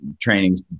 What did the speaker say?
trainings